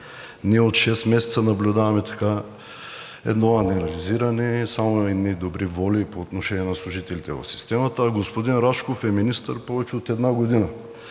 Ние от шест месеца наблюдаваме едно анализиране, само едни добри воли по отношение на служителите в системата, а господин Рашков е министър повече от една година.